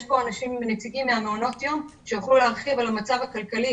נמצאים כאן נציגי מעונות היום שיוכלו להרחיב על המצב הכלכלי